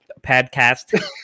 podcast